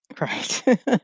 right